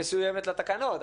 מסוימת לתקנות,